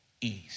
ease